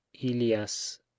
Ilias